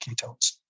ketones